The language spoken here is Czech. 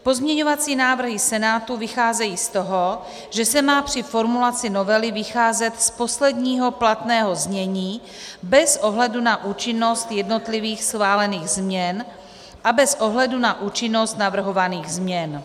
Pozměňovací návrhy Senátu vycházejí z toho, že se má při formulaci novely vycházet z posledního platného znění bez ohledu na účinnost jednotlivých schválených změn a bez ohledu na účinnost navrhovaných změn.